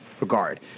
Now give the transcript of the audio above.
regard